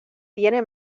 tiene